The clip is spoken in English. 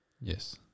Yes